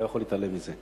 אני לא יכול להתעלם מזה.